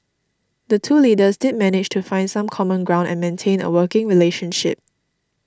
the two leaders did manage to find some common ground and maintain a working relationship